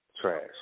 Trash